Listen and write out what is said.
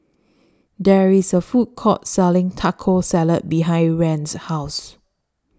There IS A Food Court Selling Taco Salad behind Rand's House